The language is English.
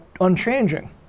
unchanging